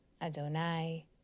Adonai